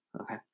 okay